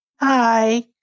Hi